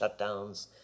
shutdowns